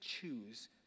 choose